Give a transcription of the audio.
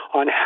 on